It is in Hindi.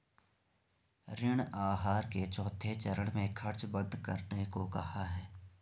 ऋण आहार के चौथे चरण में खर्च बंद करने को कहा है